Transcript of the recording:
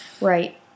Right